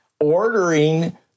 ordering